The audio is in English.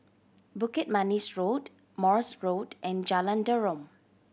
Bukit Manis Road Morse Road and Jalan Derum